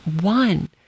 one